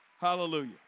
Hallelujah